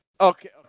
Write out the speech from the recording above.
Okay